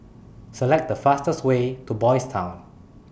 Select The fastest Way to Boys' Town